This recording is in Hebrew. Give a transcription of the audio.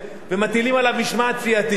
ומטילים עליו משמעת סיעתית.